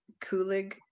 kulig